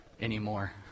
anymore